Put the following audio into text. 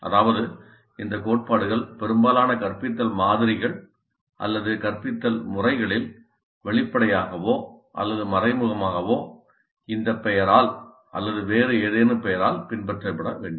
அதாவது இந்த கோட்பாடுகள் பெரும்பாலான கற்பித்தல் மாதிரிகள் அல்லது கற்பித்தல் முறைகளில் வெளிப்படையாகவோ அல்லது மறைமுகமாகவோ இந்த பெயரால் அல்லது வேறு ஏதேனும் பெயரால் பின்பற்றப்பட வேண்டும்